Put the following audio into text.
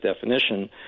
definition